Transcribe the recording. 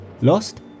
Lost